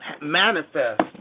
manifest